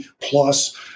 plus